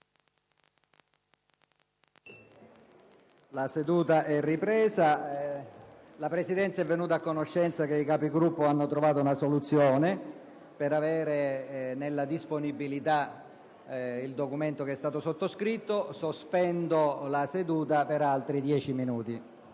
La seduta è ripresa. La Presidenza è venuta a conoscenza che i Capigruppo hanno trovato la soluzione. Per avere nella disponibilità il documento che è stato sottoscritto, sospendo la seduta per altri dieci minuti.